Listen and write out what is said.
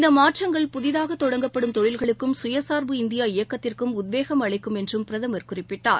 இந்தமாற்றங்கள் புதிதாகதொடங்கப்படும் தொழில்களுக்கும் கயசாா்பு இந்தியா இயக்கத்திற்கும் உத்வேகம் அளிக்கும் என்றும் பிரதமர் குறிப்பிட்டார்